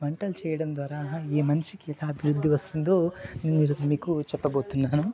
వంట చేయడం ద్వారా ఏ మనిషికి ఎలా అభివృద్ధి వస్తుందో ఈరోజు మీకు చెప్పబోతున్నాను